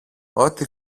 ότι